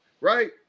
right